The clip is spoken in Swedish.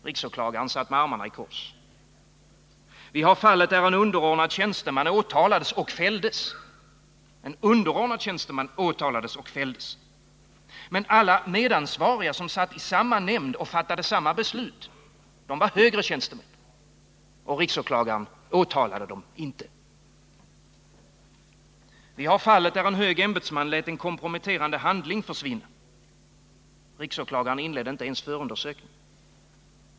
RÅ satt med armarna i kors. Vi har fallet där en underordnad tjänsteman åtalades och fälldes. Men alla medansvariga som satt i samma nämnd och fattade samma beslut var högre tjänstemän. Och RÅ åtalade dem inte. Vi har fallet där en hög ämbetsman lät en komprometterande handling försvinna. RÅ inledde inte ens förundersökning.